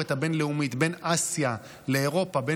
מהתקשורת הבין-לאומית בין אסיה ומדינות